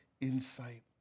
insight